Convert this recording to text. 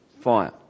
fire